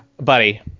buddy